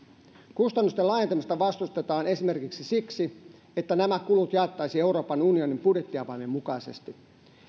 kustannusten laajentamista vastustetaan esimerkiksi siksi että nämä kulut jaettaisiin euroopan unionin budjettiavaimen mukaisesti